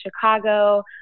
Chicago